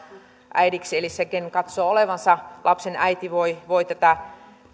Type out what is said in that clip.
äidiksi eli se ken katsoo olevansa lapsen äiti voi voi tätä